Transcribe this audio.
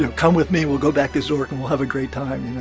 know, come with me. we'll go back to zork and we'll have a great time,